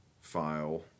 file